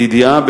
לידיעה,